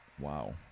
Wow